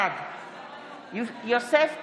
בעד יוסף טייב,